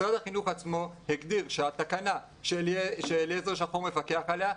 משרד החינוך עצמו הגדיר שהתקנה שאליעזר שחור מפקח עליה,